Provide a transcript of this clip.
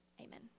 Amen